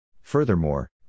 Furthermore